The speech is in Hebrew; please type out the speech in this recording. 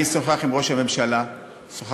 אני